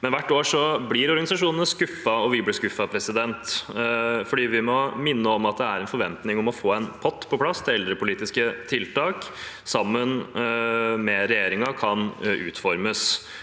Men hvert år blir organisasjonene skuffet, og vi blir skuffet fordi vi må minne om at det er en forventning om å få en pott på plass til eldrepolitiske tiltak, som kan utformes